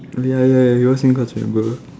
ya ya we all same class I remember